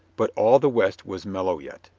but all the west was mellow yet,